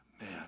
Man